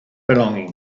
belongings